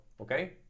Okay